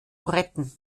retten